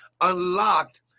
unlocked